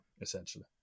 essentially